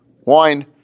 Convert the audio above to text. wine